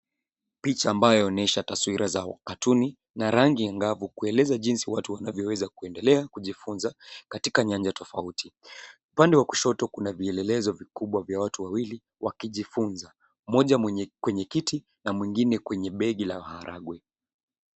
Picha ambayo inaonyesha taswira za katuni na rangi angavu kweleza jinsi watu wanavyoweza kuendelea kujifunza katika nyancha tofauti. Upande wa kushoto kuna vielelezo vikubwa vya watu wawili wakijifunza. Mmoja kwenye kiti na mwingine kwenye begi la maharagwe.